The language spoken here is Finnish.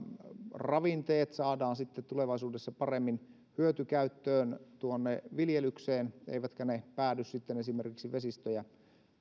ravinteet saadaan sitten tulevaisuudessa paremmin hyötykäyttöön viljelykseen eivätkä ne päädy esimerkiksi vesistöjä